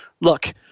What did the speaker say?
Look